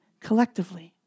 collectively